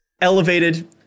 elevated